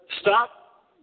stop